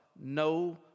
No